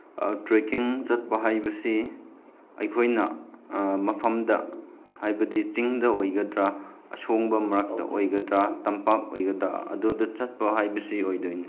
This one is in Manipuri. ꯇ꯭ꯔꯦꯛꯀꯤꯡ ꯆꯠꯄ ꯍꯥꯏꯕꯁꯤ ꯑꯩꯈꯣꯏꯅ ꯃꯐꯝꯗ ꯍꯥꯏꯕꯗꯤ ꯆꯤꯡꯗ ꯑꯣꯏꯒꯗ꯭ꯔꯥ ꯑꯁꯣꯡꯕ ꯃꯔꯛꯇ ꯑꯣꯏꯒꯗ꯭ꯔꯥ ꯇꯝꯄꯥꯛ ꯑꯣꯏꯒꯗ꯭ꯔꯥ ꯑꯗꯨꯗ ꯆꯠꯄ ꯍꯥꯏꯕꯁꯤ ꯑꯣꯏꯗꯣꯏꯅꯤ